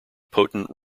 potent